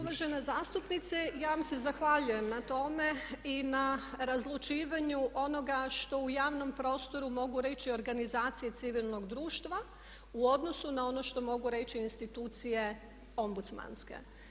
Uvažena zastupnice ja vam se zahvaljujem na tome i na razlučivanju onoga što u javnom prostoru mogu reći organizacije civilnog društva u odnosu na ono što mogu reći institucije ombudsmantske.